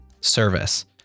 service